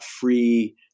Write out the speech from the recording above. free